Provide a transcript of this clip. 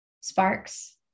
sparks